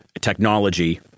technology